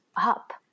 up